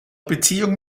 beziehung